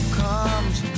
comes